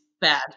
Bad